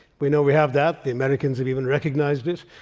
we know we have that. the americans have even recognized it,